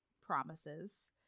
promises